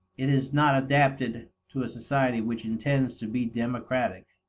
it is not adapted to a society which intends to be democratic.